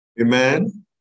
Amen